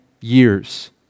years